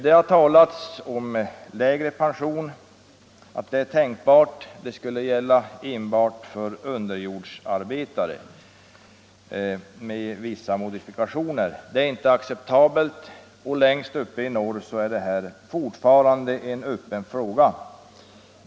Det har talats om att lägre pensionsålder är tänkbar, men det skulle gälla enbart för underjordsarbetare, med vissa modifikationer. Det är inte acceptabelt och längst uppe i norr är det här fortfarande en öppen fråga.